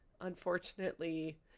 unfortunately